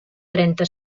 trenta